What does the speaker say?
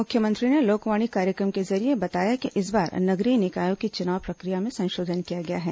मुख्यमंत्री ने लोकवाणी कार्यक्रम के जरिये बताया कि इस बार नगरीय निकायों के चुनाव प्रक्रिया में संशोधन किया गया है